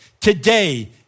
today